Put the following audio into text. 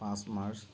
পাঁচ মাৰ্চ